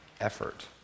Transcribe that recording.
effort